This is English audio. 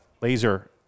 laser